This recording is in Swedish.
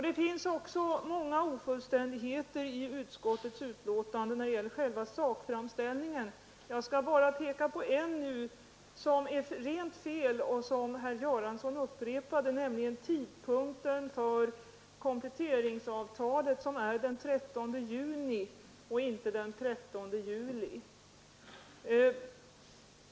Det finns också många ofullständigheter i utskottets betänkande när det gäller själva sakframställningen. Jag skall nu bara peka på en uppgift som är helt felaktig och som herr Göransson i sitt anförande upprepade, nämligen uppgiften om tidpunkten för kompletteringsavtalet. Den är den 13 juni och inte den 13 juli.